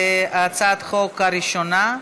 בהצעת החוק הראשונה,